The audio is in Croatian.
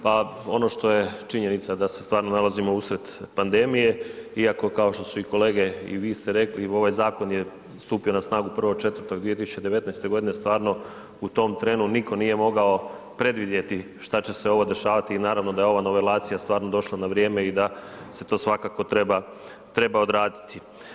Pa ono što je činjenica da se stvarno nalazimo usred pandemije, iako kao što su i kolege i vi ste rekli, ovaj zakon je stupio na snagu 1.4.2019.godine, stvarno u tom trenu niko nije mogao predvidjeti šta će se ovo dešavati i naravno da je ova nivelacija stvarno došla na vrijeme i da se to svakako treba odraditi.